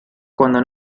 cuando